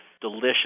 delicious